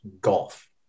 golf